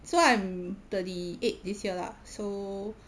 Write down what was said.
so I'm thirty eight this year lah so